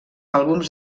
àlbums